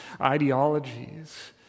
ideologies